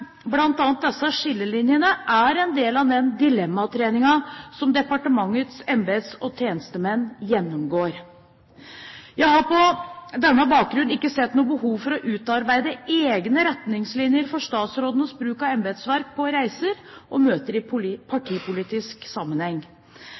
disse skillelinjene er en del av den dilemmatreningen som departementenes embets- og tjenestemenn gjennomgår. Jeg har på denne bakgrunn ikke sett noe behov for å utarbeide egne retningslinjer for statsrådenes bruk av embetsverket på reiser og møter i